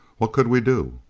what could we do?